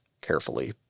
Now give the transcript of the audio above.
carefully